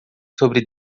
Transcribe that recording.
sobre